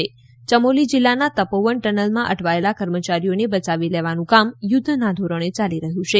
યમોલી જિલ્લાના તપોવન ટનલમાં અટવાયેલા કર્મચારીઓને બચાવી લેવાનું કામ યુદ્ધના ધોરણે ચાલી રહ્યું છે